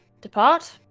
depart